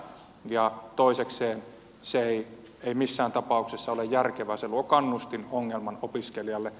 ja toisekseen se ei missään tapauksessa ole järkevää se luo kannustinongelman opiskelijalle